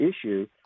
issue